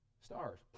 Stars